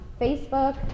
Facebook